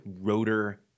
rotor